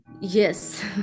yes